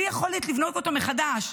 בלי יכולת לבנות אותו מחדש,